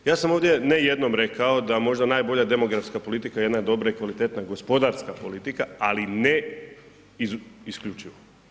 Ja sam ovdje ne jednom rekao da možda najbolja demografska politika je jedna dobra i kvalitetna gospodarska politika, ali ne isključivo.